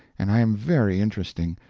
and i am very interesting,